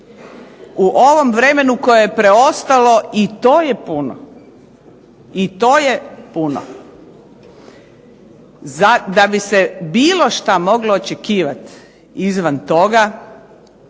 U ovom vremenu koje je preostalo i to je puno, i to je puno. Da bi se bilo šta moglo očekivati izvan toga